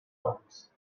rounds